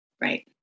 Right